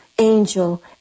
Angel